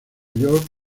york